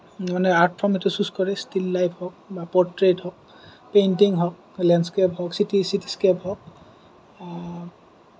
মানে art form এইটো choose কৰে ষ্টিল লাইফ হওক বা পট্ৰেইট হওক বা পেইণ্টিং হওক চিটি চিটি স্কেপ হওক